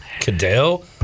Cadell